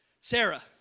Sarah